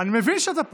אני מבין שאתה פה.